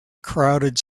crowded